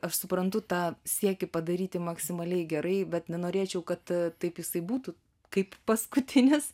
aš suprantu tą siekį padaryti maksimaliai gerai bet nenorėčiau kad taip jisai būtų kaip paskutinis